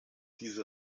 diese